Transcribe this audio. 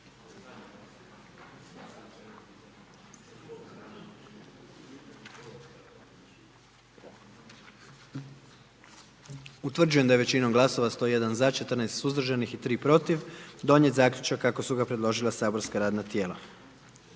Utvrđujem da je većinom glasova 78 za i 1 suzdržan i 20 protiv donijet zaključak kako ga je predložilo matično saborsko radno tijelo.